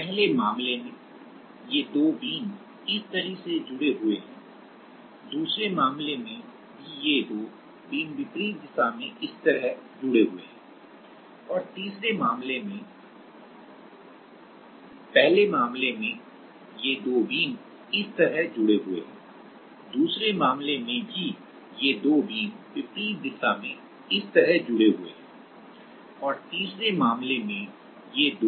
पहले मामले में ये दो बीम इस तरह जुड़े हुए हैं दूसरे मामले में भी ये दो बीम विपरीत दिशा में इस तरह जुड़े हुए हैं और तीसरे मामले में ये दो बीम इस तरह से जुड़े हुए हैं